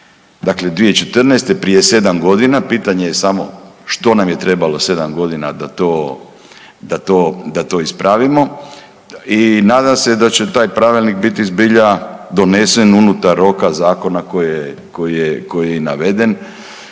dakle 2014. prije 7 godina, pitanje je samo što nam je trebalo 7 godina da to ispravimo i nadam se da će taj pravilnik biti zbilja donesen unutar roka zakona koji je naveden